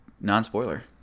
non-spoiler